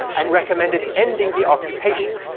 and recommended ending the occupation,